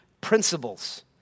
principles